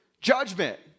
judgment